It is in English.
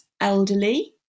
elderly